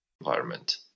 Environment